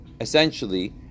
essentially